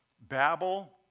Babel